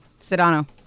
Sedano